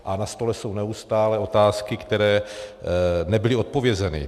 A na stole jsou neustále otázky, které nebyly odpovězeny.